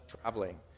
traveling